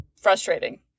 frustrating